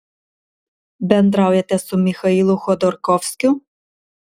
bendraujate su michailu chodorkovskiu